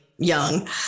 young